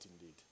indeed